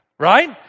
right